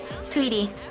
sweetie